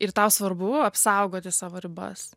ir tau svarbu apsaugoti savo ribas